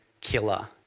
killer